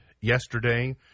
yesterday